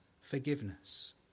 forgiveness